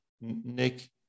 Nick